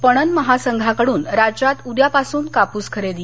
पणन महासंघाकडून राज्यात उद्यापासून कापूस खरेदी